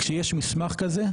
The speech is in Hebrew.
כשיש מסמך כזה,